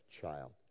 child